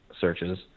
searches